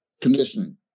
Conditioning